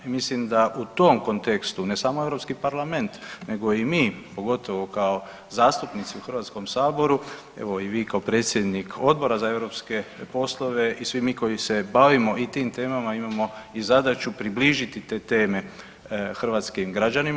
I mislim da u tom kontekstu ne samo Europski parlament nego i mi pogotovo kao zastupnici u HS-u, evo i vi kao predsjednik Odbora za europske poslove i svi mi koji se bavimo i tim temama imamo i zadaću približiti te teme hrvatskim građanima.